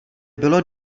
bylo